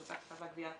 רשות האכיפה והגבייה,